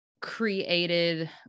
created